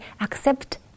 accept